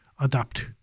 adapt